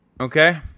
Okay